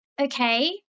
Okay